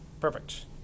Perfect